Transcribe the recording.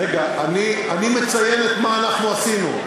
רגע, אני מציין את מה אנחנו עשינו.